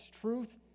truth